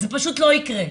זה פשוט לא יקרה.